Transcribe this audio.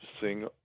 sing